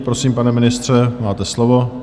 Prosím, pane ministře, máte slovo.